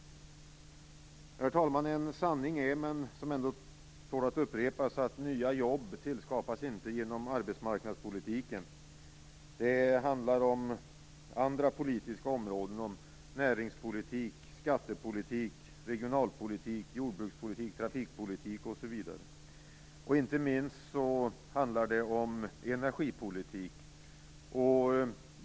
Herr talman! En sanning som tål att upprepas är att nya jobb inte tillskapas genom arbetsmarknadspolitik. Det handlar om andra politiska områden: näringspolitik, skattepolitik, regionalpolitik, jordbrukspolitik, trafikpolitik osv. Inte minst handlar det om energipolitik.